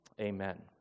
amen